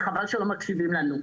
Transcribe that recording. וחבל שלא מקשיבים לנו,